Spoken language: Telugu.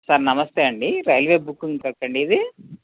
సార్ నమస్తే అండి రైల్వే బుకింగ్ క్లర్క్ అండి ఇది